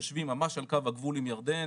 יושבים ממש על קו הגבול עם ירדן